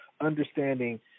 Understanding